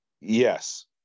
Yes